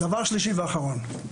דבר שלישי ואחרון,